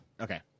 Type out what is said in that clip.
Okay